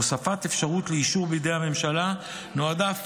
הוספת אפשרות לאישור בידי הממשלה נועדה אף